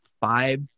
five